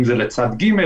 אם זה לצד ג',